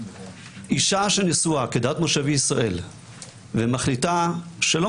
שנשואה כדת משה וישראל ומחליטה שלא